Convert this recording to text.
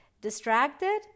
distracted